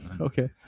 Okay